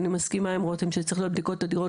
אני מסכימה עם רותם שצריך בדיקות תדירות,